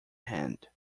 hand